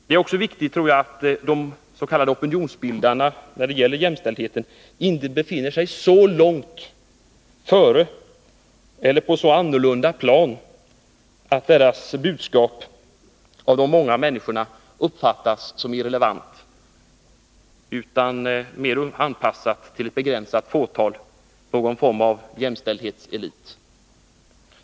Det är också viktigt att de s.k. opinionsbildarna när det gäller jämställdheten inte befinner sig så långt före eller på ett så annorlunda plan att deras budskap av de många människorna uppfattas som irrelevant och mera anpassat till ett begränsat fåtal, till någon form av jämställdhetselit.